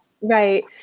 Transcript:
Right